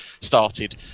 started